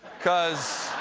because